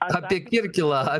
apie kirkilą